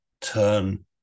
turn